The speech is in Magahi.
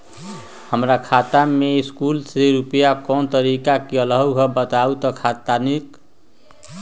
हमर खाता में सकलू से रूपया कोन तारीक के अलऊह बताहु त तनिक?